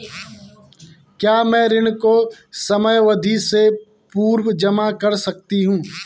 क्या मैं ऋण को समयावधि से पूर्व जमा कर सकती हूँ?